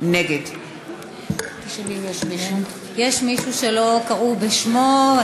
נגד יש מישהו שלא קראו בשמו?